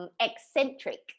eccentric